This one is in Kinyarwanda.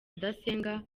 udasenga